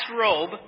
robe